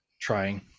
Trying